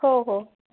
हो हो